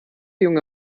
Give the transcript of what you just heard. junge